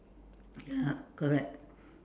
ya correct